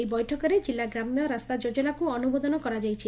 ଏହି ବୈଠକରେ ଜିଲ୍ଲା ଗ୍ରାମ୍ୟ ରାସ୍ତା ଯୋଜନାକୁ ଅନୁମୋଦନ କରାଯାଇଛି